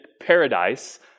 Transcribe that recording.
paradise